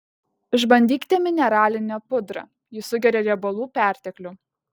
išbandykite mineralinę pudrą ji sugeria riebalų perteklių